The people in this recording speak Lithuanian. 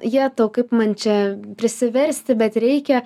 jetau kaip man čia prisiversti bet reikia